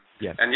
yes